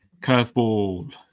Curveball